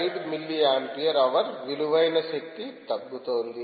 5 milliampere hour విలువైన శక్తి తగ్గుతోంది